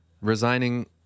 resigning